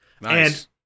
Nice